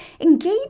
Engage